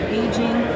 aging